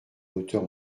hauteur